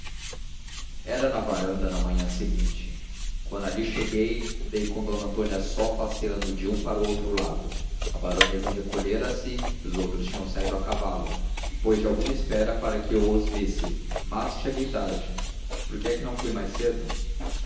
era na varanda na manhã seguinte quando ali cheguei dei com d antônia só passeando de um para outro lado a baronesa recolhera-se e os outros tinham saído a cavalo depois de alguma espera para que eu os visse mas cheguei tarde por que é que não fui mais cedo